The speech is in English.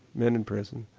men in prison,